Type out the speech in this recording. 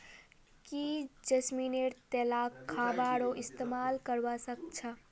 की जैस्मिनेर तेलक खाबारो इस्तमाल करवा सख छ